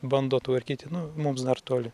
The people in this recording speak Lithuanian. bando tvarkyti nu mums dar toli